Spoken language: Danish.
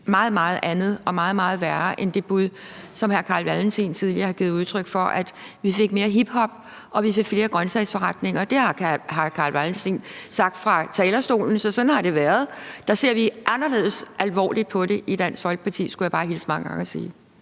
noget meget, meget værre end det bud, som hr. Carl Valentin tidligere har givet udtryk for, nemlig at vi fik mere hiphop og vi fik flere grøntsagsforretninger. Det har hr. Carl Valentin sagt fra talerstolen, så sådan har det været. Der ser vi anderledes alvorligt på det i Dansk Folkeparti, skulle jeg bare hilse mange gange og sige.